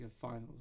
finals